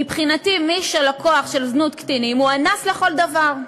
מבחינתי לקוח של זנות קטינים הוא אנס לכל דבר,